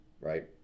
right